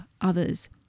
others